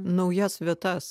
naujas vietas